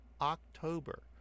October